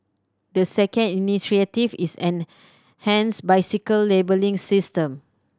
the second initiative is an bicycle labelling system